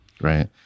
right